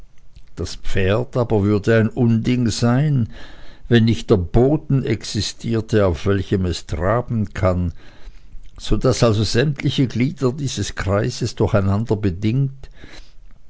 das pferd aber würde ein unding sein wenn nicht der boden existierte auf welchem es traben kann so daß also sämtliche glieder dieses kreises durch einander bedingt